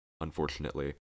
unfortunately